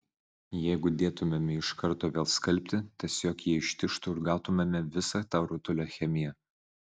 jeigu dėtumėme iš karto vėl skalbti tiesiog jie ištižtų ir gautumėme visa tą rutulio chemiją